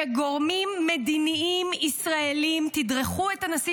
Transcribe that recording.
שגורמים מדיניים ישראלים תדרכו את הנשיא